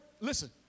Listen